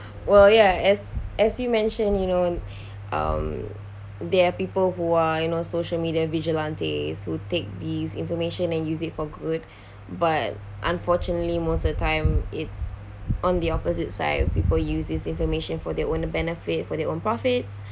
well ya as as you mention you know um there are people who are you know social media vigilantes who take this information and use it for good but unfortunately most of the time it's on the opposite side people use this information for their own benefit for their own profits